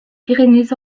pyrénées